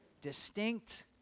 Distinct